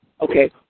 Okay